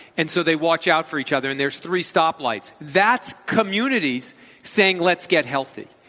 and so they watch out for each other. and there's three stoplights. that's communities saying let's get healthy.